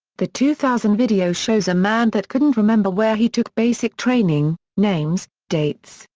the two thousand video shows a man that couldn't remember where he took basic training, names, dates,